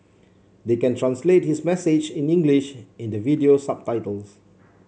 they can translate his message in English in the video subtitles